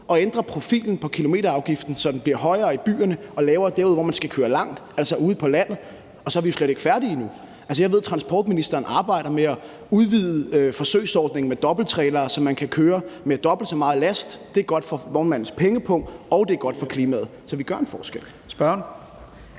og ændre profilen på kilometerafgiften, så den bliver højere i byerne og lavere derude, hvor man skal køre langt, altså ude på landet. Så er vi jo slet ikke færdige endnu. Jeg ved, at transportministeren arbejder med at udvide forsøgsordningen med dobbelttrailere, så man kan køre med dobbelt så meget last. Det er godt for vognmandens pengepung, og det er godt for klimaet. Så vi gør en forskel.